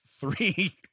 three